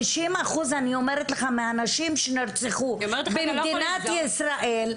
אני אומרת לך ש-50 אחוזים מהנשים שנרצחו במדינת ישראל,